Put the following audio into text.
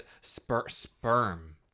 sperm